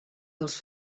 dels